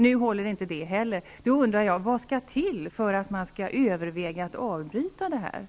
Nu håller inte det argumentet heller. Vad skall till för att överväga att avbryta projektet?